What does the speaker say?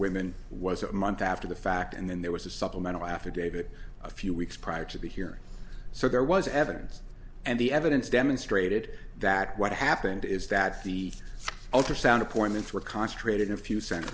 women was a month after the fact and then there was a supplemental affidavit a few weeks prior to be here so there was evidence and the evidence demonstrated that what happened is that the ultrasound appointments were concentrated in a few cents